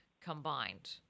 combined